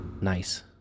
Nice